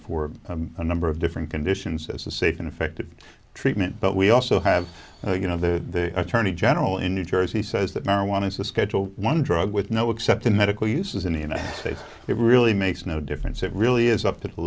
for a number of different conditions as a safe and effective treatment but we also have you know the attorney general in new jersey says that marijuana is a schedule one drug with no exception medical uses in the united states it really makes no difference it really is up to the